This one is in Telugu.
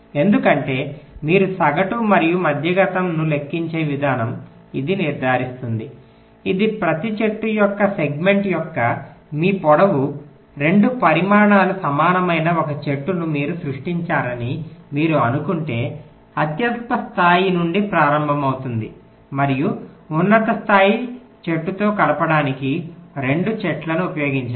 ఎందుకంటే మీరు సగటు మరియు మధ్యగతంmean medianను లెక్కించే విధానం ఇది నిర్ధారిస్తుంది ఇది ప్రతి చెట్టు యొక్క సెగ్మెంట్ యొక్క మీ పొడవు 2 పరిమాణాలు సమానమైన ఒక చెట్టును మీరు సృష్టించారని మీరు అనుకుంటే అత్యల్ప స్థాయి నుండి ప్రారంభమవుతుంది మరియు ఉన్నత స్థాయి చెట్టుతో కలపడానికి 2 చెట్లను ఉపయోగించండి